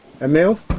Emil